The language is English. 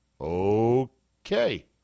okay